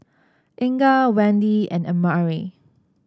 Inga Wende and Amare